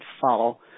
follow